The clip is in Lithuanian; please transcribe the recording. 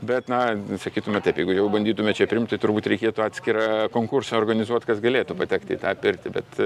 bet na sakytume taip jeigu jau bandytume čia priimti turbūt reikėtų atskirą konkursą organizuot kas galėtų patekt į tą pirtį bet